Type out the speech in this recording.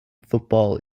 football